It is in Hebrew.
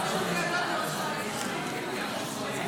תעזרו לנו,